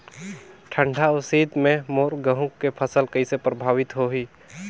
ठंडा अउ शीत मे मोर गहूं के फसल कइसे प्रभावित होही?